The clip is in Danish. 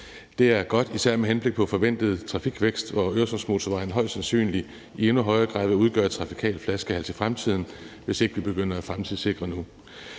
Det er godt, især med henblik på den forventede trafikvækst, hvorefter Øresundsmotorvejen højst sandsynligt i endnu højere grad vil udgøre en trafikal flaskehals i fremtiden, hvis ikke vi begynder at fremtidssikre nu.